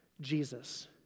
Jesus